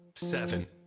Seven